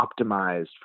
optimized